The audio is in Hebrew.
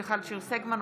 מיכל שיר סגמן,